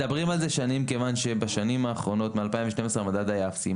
מדברים על זה שנים כיוון שבשנים האחרונות מאז שנת 2012 המדד היה אפסי,